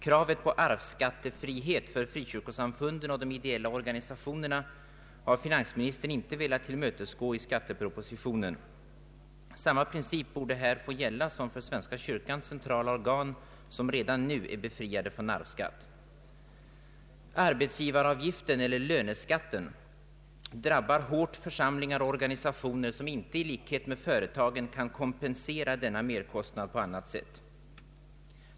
Kravet på arvsskattefrihet för frikyrkosamfunden och de ideella organisationerna har finansministern inte velat tillmötesgå i skattepropositionen. Samma princip borde här få gälla som för svenska kyrkans centrala organ, som redan nu är befriade från arvsskatt. Arbetsgivaravgiften eller löneskatten drabbar hårt församlingar och organisationer, som inte i likhet med företagen kan kompensera denna merkostnad på annat sätt.